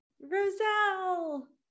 Roselle